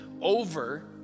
over